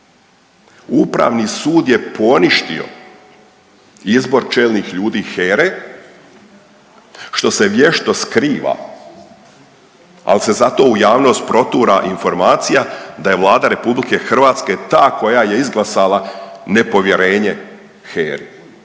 Upravni sud je poništio izbor čelnih ljudi HERE što se vješto skriva, ali se zato u javnost protura informacija da je Vlada RH ta koja je izglasala nepovjerenje HERI.